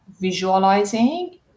visualizing